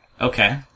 Okay